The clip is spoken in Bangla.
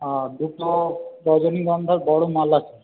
আর দুটো রজনীগন্ধার বড় মালা চাই